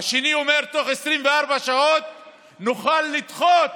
השני אומר: בתוך 24 שעות נוכל לדחות